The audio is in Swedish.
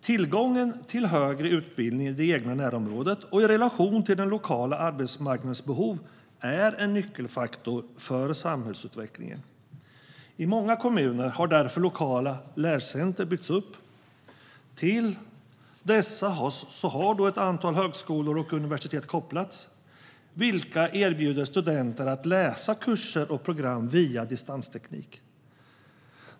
Tillgången till högre utbildning i det egna närområdet och i relation till den lokala arbetsmarknadens behov är en nyckelfaktor för samhällsutvecklingen. I många kommuner har därför lokala lärcenter byggts upp. Till dessa har ett antal högskolor och universitet kopplats, vilka erbjuder studenter att läsa kurser och program via distansteknik.